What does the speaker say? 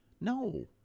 No